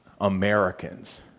Americans